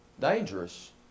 dangerous